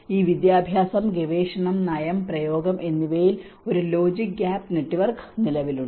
ഈ വിദ്യാഭ്യാസം ഗവേഷണം നയം പ്രയോഗം എന്നിവയിൽ ഒരു ലോജിക് ഗ്യാപ്പ് നെറ്റ്വർക്ക് നിലവിലുണ്ട്